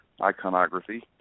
iconography